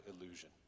illusion